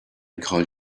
call